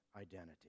identity